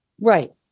Right